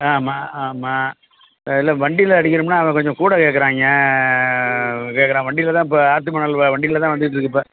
ஆமாம் ஆமாம் இல்லை வண்டியில் அடிக்கிறோம்னா அவன் கொஞ்சம் கூட கேக்கிறாய்ங்க கேக்கிறான் வண்டியில் தான் இப்போ ஆற்று மணல் வண்டியில் தான் வந்துட்டுருக்கு இப்போ